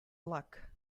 luck